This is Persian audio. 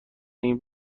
این